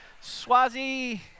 Swazi